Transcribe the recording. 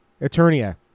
Eternia